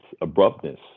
abruptness